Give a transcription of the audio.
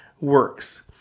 works